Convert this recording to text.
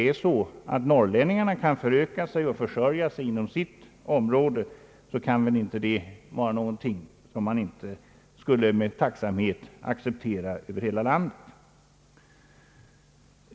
Ty om norrlänningarna kan föröka sig och försörja sig inom sitt område är väl inte detta något som man inte skulle acceptera med tacksamhet över hela landet.